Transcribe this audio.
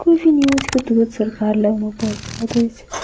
किछु न्यूजके थ्रू सरकार लगमे पहुँचा दै छै